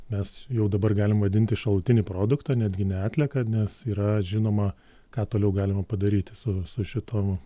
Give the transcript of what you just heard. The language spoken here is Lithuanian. mes jau dabar galim vadinti šalutinį produktą netgi ne atlieką nes yra žinoma ką toliau galima padaryti su su šituo